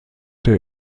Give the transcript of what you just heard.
der